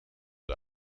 the